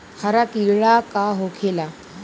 हरा कीड़ा का होखे ला?